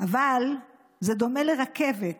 אבל זה דומה לרכבת